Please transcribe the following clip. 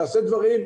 נעשה דברים,